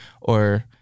or-